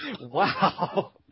wow